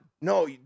No